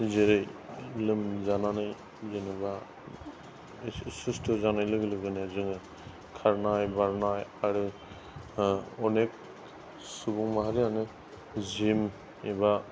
जेरै लोमजानानै जेनेबा सुस्थ' जानाय लोगो लोगोनो जोङो खारनाय बारनाय आरो अनेख सुबुं माहारियानो जिम एबा